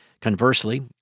Conversely